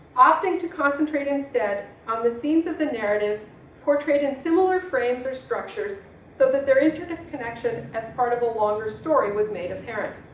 opting to concentrate instead on the scenes of the narrative portrayed in similar frames or structures so that their intricate connection as part of a longer story was made apparent.